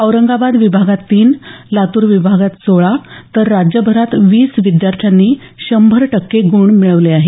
औरंगाबाद विभागात तीन लातूर विभागात सोळा तर राज्यभरात वीस विद्यार्थ्यांनी शंभर टक्के ग्रण मिळवले आहेत